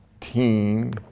team